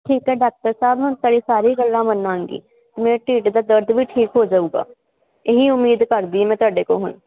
doctor ਸਾਹਿਬ ਹੁਣ ਸਾਰੀ ਗੱਲਾਂ ਮੰਨਾਗੇ ਢਿੱਡ ਦਾ ਦਰਦ ਵੀ ਠੀਕ ਹੋ ਜਾਊਗਾ ਇਹੀ ਉਮੀਦ ਕਰਦੀ ਮੈਂ ਤੁਹਾਡੇ ਕੋਲ